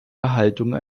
erhaltung